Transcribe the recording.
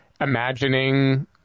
imagining